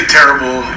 terrible